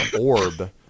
orb